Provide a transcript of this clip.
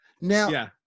Now